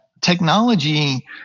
technology